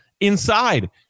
inside